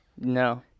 no